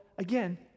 again